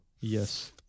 Yes